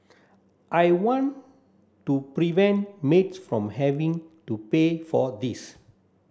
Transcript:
I want to prevent maids from having to pay for this